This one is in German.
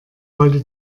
wollte